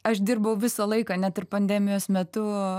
aš dirbau visą laiką net ir pandemijos metu